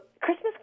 Christmas